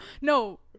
no